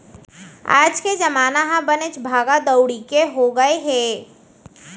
आज के जमाना ह बनेच भागा दउड़ी के हो गए हे